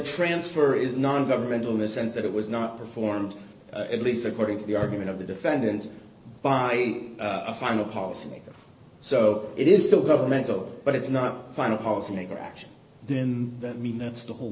transfer is non governmental in a sense that it was not performed at least according to the argument of the defendants by a final policy so it is still governmental but it's not final policy maker action in that mean that's the whole